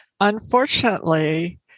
unfortunately